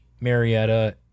Marietta